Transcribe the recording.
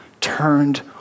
turned